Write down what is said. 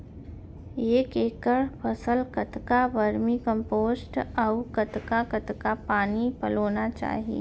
एक एकड़ फसल कतका वर्मीकम्पोस्ट अऊ कतका कतका पानी पलोना चाही?